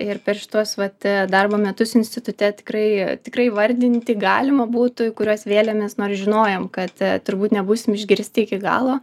ir per šituos vat darbo metus institute tikrai tikrai įvardinti galima būtų į kuriuos vėlėmės nors žinojom kad turbūt nebūsim išgirsti iki galo